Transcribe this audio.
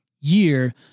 year